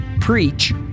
preach